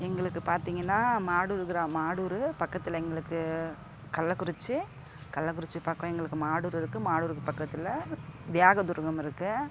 எங்களுக்கு பார்த்தீங்கன்னா மாடூர் கிரா மாடூர் பக்கத்தில் எங்களுக்கு கள்ளக்குறிச்சி கள்ளக்குறிச்சி பக்கம் எங்களுக்கு மாடூர் இருக்குது மாடூருக்கு பக்கத்தில் தியாக துருவம் இருக்குது